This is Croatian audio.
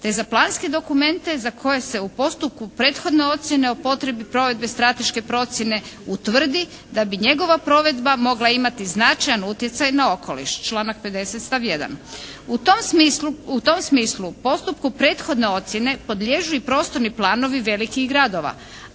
te za planske dokumente za koje se u postupku prethodne ocjene o potrebi provedbe strateške procjene utvrdi da bi njegova provedba mogla imati značajan utjecaj na okoliš članak 50. stavak 1. U tom smislu postupku prethodne ocjene podliježu i prostorni planovi velikih gradova,